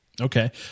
Okay